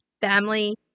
family